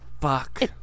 Fuck